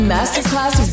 Masterclass